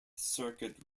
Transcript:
circuit